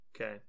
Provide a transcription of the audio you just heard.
Okay